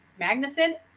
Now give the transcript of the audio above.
Magnuson